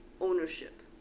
ownership